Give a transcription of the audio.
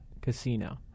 casino